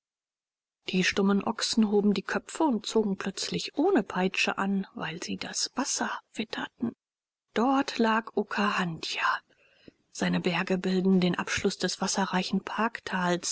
die stumpfen ochsen hoben die köpfe und zogen plötzlich ohne peitsche an weil sie das wasser witterten dort lag okahandja seine berge bilden den abschluß des wasserreichen